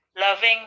loving